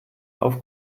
auf